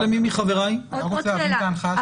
עוד שאלה.